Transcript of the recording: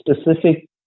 specific